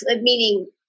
meaning